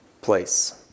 place